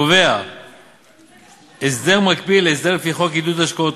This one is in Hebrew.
הקובע הסדר מקביל להסדר לפי חוקי עידוד השקעות